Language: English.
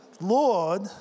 Lord